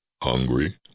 hungry